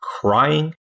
crying